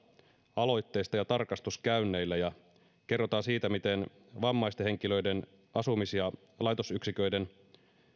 aloitteesta ja tarkastuskäynneillä ja kerrotaan miten vammaisten henkilöiden asumis ja laitosyksiköiden